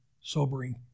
sobering